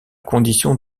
condition